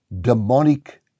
demonic